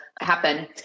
happen